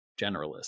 generalist